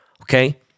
Okay